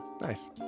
Nice